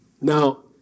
Now